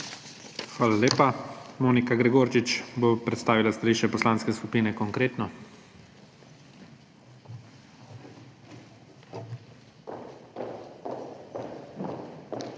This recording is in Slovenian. Hvala lepa. Monika Gregorčič bo predstavila stališče Poslanske skupine Konkretno.